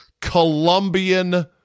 Colombian